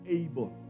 able